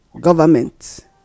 government